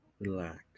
relax